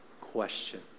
question